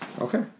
Okay